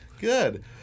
Good